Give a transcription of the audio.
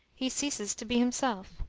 he ceases to be himself.